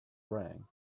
rang